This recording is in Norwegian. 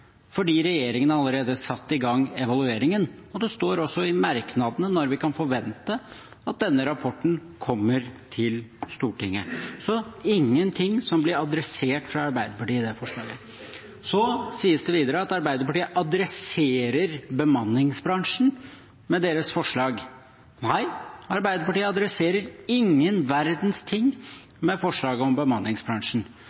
fordi regjeringen allerede har satt i gang evalueringen. Det står også i merknadene når vi kan forvente at denne rapporten kommer til Stortinget. Så det er ingenting som blir adressert fra Arbeiderpartiet i det forslaget. Så sies det videre at Arbeiderpartiet adresserer bemanningsbransjen med sitt forslag. Nei, Arbeiderpartiet adresserer ingen verdens